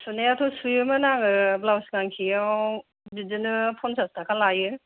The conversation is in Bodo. सुनायाथ' सुयोमोन आङो ब्लाउस गांसेआव बिदिनो पन्सास टाका लायो